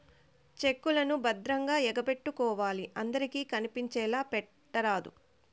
check లను భద్రంగా ఎగపెట్టుకోవాలి అందరికి కనిపించేలా పెట్టరాదు